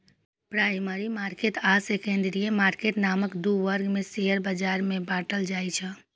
primary market आ secondary market नामक दू वर्ग मे शेयर बाजार कें बांटल जाइ छै